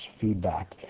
feedback